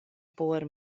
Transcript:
por